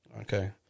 Okay